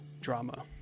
drama